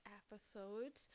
episode